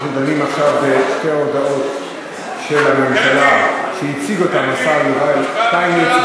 דנים עכשיו בשתי הודעות של הממשלה שהציג השר יובל שטייניץ,